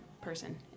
person